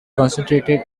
concentrated